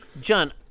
John